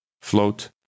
Float